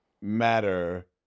matter